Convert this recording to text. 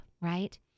right